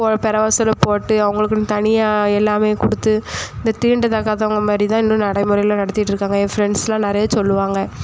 போ பெறவாசலில் போட்டு அவங்களுக்குன்னு தனியாக எல்லாமே கொடுத்து இந்த தீண்டத்தகாதவங்க மாதிரி தான் இன்னும் நடைமுறையில் நடத்திகிட்டு இருக்காங்க ஏன் ஃப்ரெண்ட்ஸ் எல்லாம் நிறைய சொல்லுவாங்க